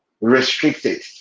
restricted